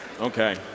Okay